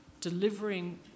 delivering